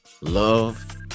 Love